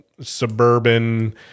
suburban